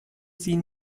sie